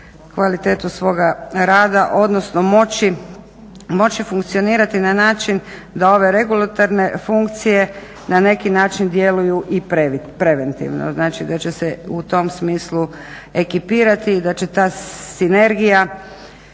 kvalitetu svoga rada odnosno moći funkcionirati na način da ove regulatorne funkcije na neki način djeluju i preventivno. Znači da će se u tom smislu ekipirati i da će ta sinergija